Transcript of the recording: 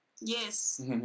Yes